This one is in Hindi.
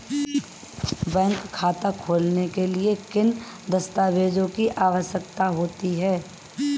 बैंक खाता खोलने के लिए किन दस्तावेज़ों की आवश्यकता होती है?